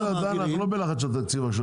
--- בסדר אנחנו לא בלחץ של תקציב עכשיו,